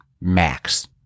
max